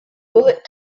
bullet